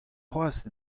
cʼhoazh